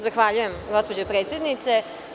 Zahvaljujem, gospođo predsednice.